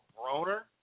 Broner